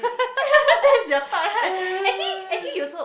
that is your type right actually actually you also